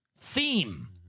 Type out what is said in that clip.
theme